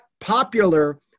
popular